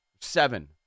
seven